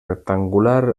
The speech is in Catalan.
rectangular